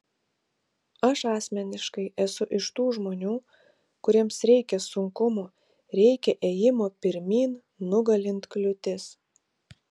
aš asmeniškai esu iš tų žmonių kuriems reikia sunkumų reikia ėjimo pirmyn nugalint kliūtis